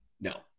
No